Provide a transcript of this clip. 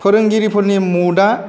फोरोंगिरिफोरनि मुड आ